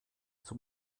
zum